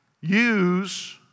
use